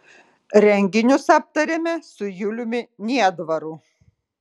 renginius aptarėme su juliumi niedvaru